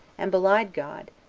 and belied god,